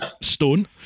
Stone